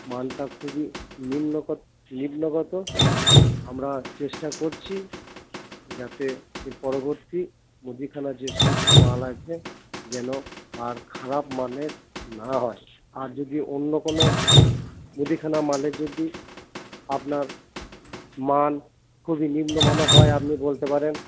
মানটা খুবই নিম্ন নিম্নগত আমরা চেষ্টা করছি যাতে এর পরবর্তী মুদিখানার যে সমস্ত মাল আছে যেন আর খারাপ মানের না হয় আর যদি অন্য কোনো মুদিখানা মালে যদি আপনার মান খুবই নিম্নমানের হয় আপনি বলতে পারেন